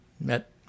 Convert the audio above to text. met